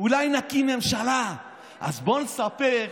אולי נקים ממשלה, אז בואו נספר: